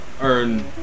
earn